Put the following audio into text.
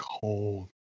cold